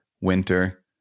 winter